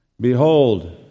Behold